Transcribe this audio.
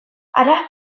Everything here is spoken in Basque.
hara